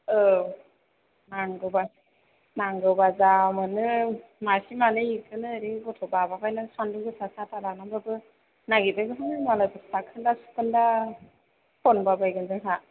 औ नांगौबा नांगौबा जा मोनो मासे मानै एखौनो ओरै गथ' बालाबायनानै सान्दुं गोसा साथा लानानैबाबो नागिरगोनहाय मालायफोर सारखोन्दा सुरखोन्दा खनलाबायगोन जोंहा